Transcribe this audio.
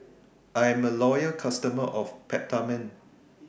I'm A Loyal customer of Peptamen